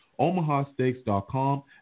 OmahaSteaks.com